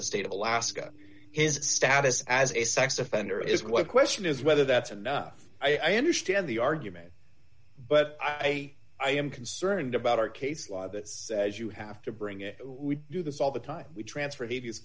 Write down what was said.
the state of alaska his status as a sex offender is what question is whether that's enough i understand the argument but i am concerned about our case law that says you have to bring in we do this all the time we transfer devious